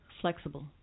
flexible